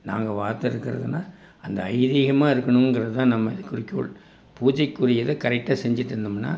நாங்கள் பார்த்து எடுக்கிறதுனா அந்த ஐதிகமாக இருக்கணுங்கிறதுதான் நம்ம குறிக்கோள் பூஜைக்குரியத கரெக்டாக செஞ்சுட்டு இருந்தோம்னால்